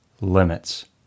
limits